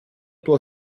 tuo